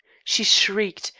she shrieked,